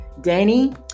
Danny